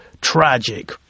tragic